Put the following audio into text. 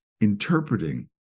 interpreting